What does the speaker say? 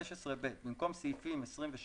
(15ב)במקום סעיפים 26